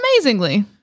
amazingly